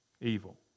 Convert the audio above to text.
Evil